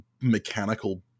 mechanical